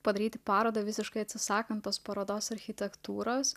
padaryti parodą visiškai atsisakant tos parodos architektūros